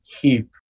keep